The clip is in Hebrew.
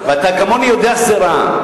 אתה כמוני יודע שזה רע.